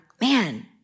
man